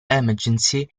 emergency